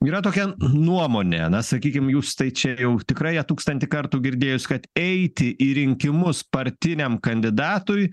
yra tokia nuomonė na sakykim jūs tai čia jau tikrai ją tūkstantį kartų girdėjus kad eiti į rinkimus partiniam kandidatui